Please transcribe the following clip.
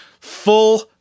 Full